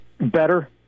Better